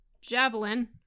javelin